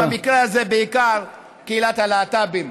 ובמקרה הזה, בעיקר קהילת הלהט"בים.